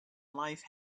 life